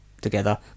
together